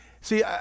See